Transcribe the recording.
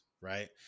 right